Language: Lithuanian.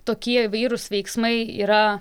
tokie įvairūs veiksmai yra